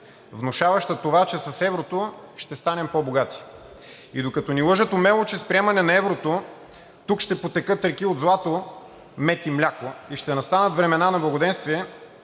внушаваща това, че с еврото ще станем по-богати. И докато ни лъжат умело, че с приемане на еврото тук ще потекат реки от злато, мед и мляко и ще настанат времена на благоденствие,